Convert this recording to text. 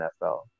NFL